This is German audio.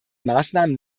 maßnahmen